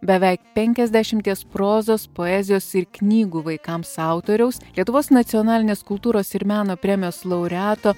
beveik penkiasdešimties prozos poezijos ir knygų vaikams autoriaus lietuvos nacionalinės kultūros ir meno premijos laureato